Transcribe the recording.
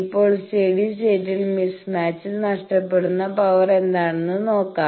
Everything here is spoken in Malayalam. ഇപ്പോൾ സ്റ്റെഡി സ്റ്റേറ്റിൽസ്റ്റേഡി state മിസ്മാച്ചിൽ നഷ്ടപ്പെടുന്ന പവർ എന്താണെന്ന് നോക്കാം